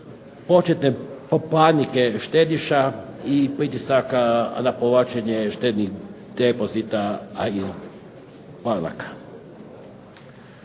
početne panike štediša i pritisaka na povlačenje štednih depozita iz banaka.